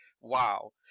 wow